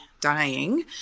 dying